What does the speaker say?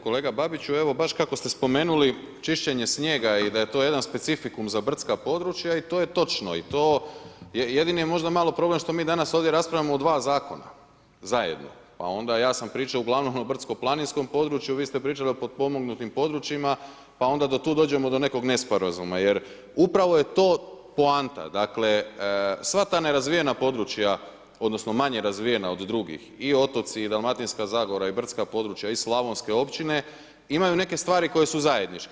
Kolega Babiću, evo baš ste spomenuli, čišćenje snijega i da je to jedan specifikum za brdska područja i to je točno i to je jedini možda malo problem što mi danas raspravljamo o dva zakona za jedno pa onda ja sam pričao uglavnom o brdsko-planinskom području vi ste pričali o potpomognutim područjima, pa onda do tuda dođemo do nekog nesporazuma, jer upravo je to poanta dakle, sva ta nerazvijena područja, odnosno manje razvijenih od drugih i otoci i Dalmatinska zagora i brdska područja i slavonske općine, imaju neke stvari koje su zajedničke.